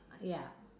ya